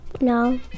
No